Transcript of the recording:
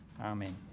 Amen